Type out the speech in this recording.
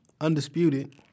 Undisputed